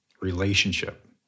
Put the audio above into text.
relationship